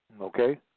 Okay